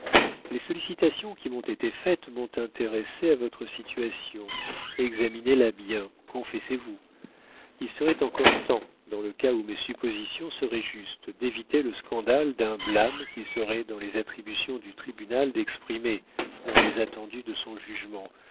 les sollicitations qui m'ont été faites m'ont intéressé à votre situation examinez-la bien confessez-vous il serait encore temps dans le cas où mes suppositions seraient justes d'éviter le scandale d'un blâme qu'il serait dans les attributions du tribunal d'exprimer dans les attendu de son jugement